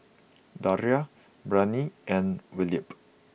Daria Brianne and Wilbert